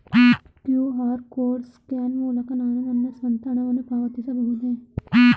QR code scan ಮೂಲಕ ನಾನು ನನ್ನ ಸ್ವಂತ ಹಣವನ್ನು ಪಾವತಿಸಬಹುದೇ?